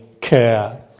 care